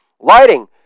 lighting